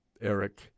Eric